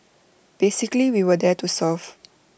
basically we were there to serve